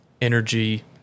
energy